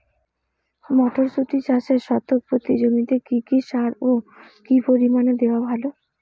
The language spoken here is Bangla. মটরশুটি চাষে শতক প্রতি জমিতে কী কী সার ও কী পরিমাণে দেওয়া ভালো?